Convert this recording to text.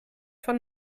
von